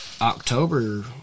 October –